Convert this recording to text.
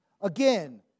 Again